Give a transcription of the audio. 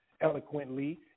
eloquently